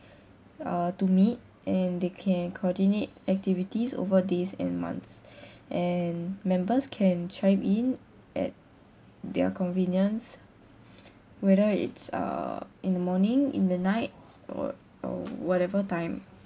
uh to meet and they coordinate activities over days and months and members can chime in at their convenience whether it's uh in the morning in the nights or or whatever time